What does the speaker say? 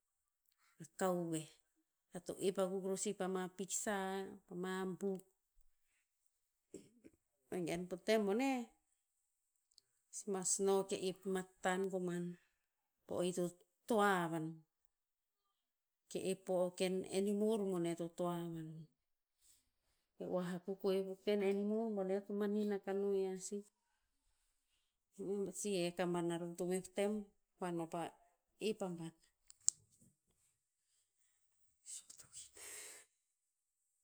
A kao veh. Ear to ep akuk ror si pama piksa, pama buk. Vegen po tem boneh, si mas no ke ep matan koman. Po o ito toa a vanon. Ke ep po o- o ken enimor bone to toa vanon. E oah akuk koeh po ken ennimor boneh eo to manin akah ino yia sih. pasi hek aban na roh to meoh tem pa no pa ep aban.